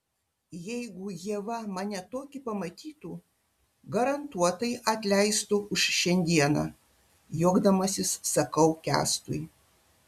jeigu ieva mane tokį pamatytų garantuotai atleistų už šiandieną juokdamasis sakau kęstui